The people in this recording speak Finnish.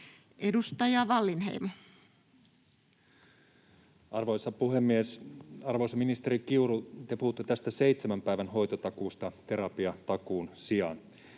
Edustaja Wallinheimo. Arvoisa puhemies! Arvoisa ministeri Kiuru, te puhutte tästä seitsemän päivän hoitotakuusta terapiatakuun sijaan.